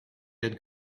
had